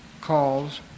calls